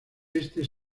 éste